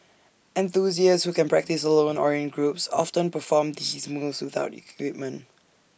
enthusiasts who can practise alone or in groups often perform these moves without equipment